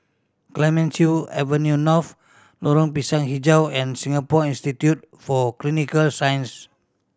Clemenceau Avenue North Lorong Pisang Hijau and Singapore Institute for Clinical Science